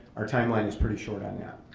our timeline is pretty short on yeah